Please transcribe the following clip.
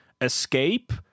escape